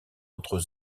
entre